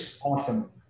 Awesome